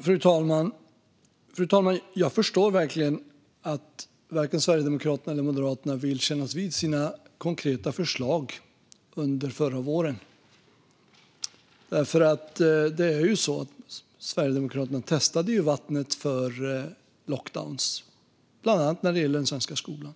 Fru talman! Jag förstår att varken Sverigedemokraterna eller Moderaterna vill kännas vid sina konkreta förslag från förra våren. Sverigedemokraterna testade ju vattnet för lockdowns, bland annat när det gällde den svenska skolan.